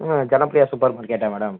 ம் தனப்ரியா சூப்பர் மார்க்கெட்டா மேடம்